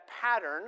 pattern